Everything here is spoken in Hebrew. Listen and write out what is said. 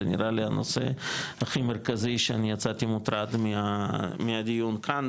זה נראה לי הנושא הכי מרכזי שאני יצאתי מוטרד מהדיון כאן,